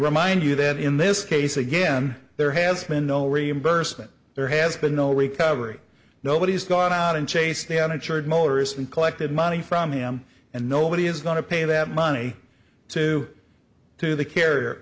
remind you that in this case again there has been no reimbursement there has been no recovery nobody has gone out and chased the uninsured motorist and collected money from him and nobody is going to pay that money to do the carrier